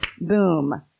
boom